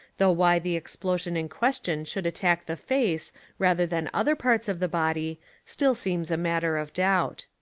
though why the explosion in question should attack the face rather than other parts of the body still seems a matter of doubt.